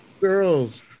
Girls